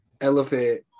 elevate